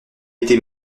été